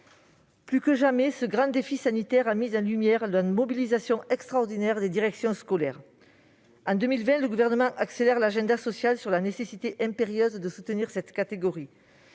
Plus que jamais, ce grand défi sanitaire a mis en lumière la mobilisation extraordinaire des directions scolaires. En 2020, le Gouvernement a accéléré l'agenda social, avec la nécessité impérieuse de soutenir cette catégorie.